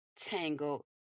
Tangled